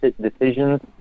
decisions